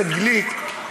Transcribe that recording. גליק,